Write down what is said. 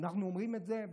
אנחנו אומרים את זה,